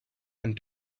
and